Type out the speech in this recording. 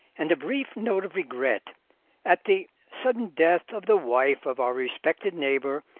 and a brief note of regret at the sudden death of the wife of our respected neighbour,